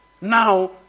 Now